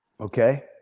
okay